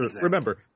remember